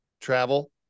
travel